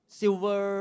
silver